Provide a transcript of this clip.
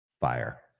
fire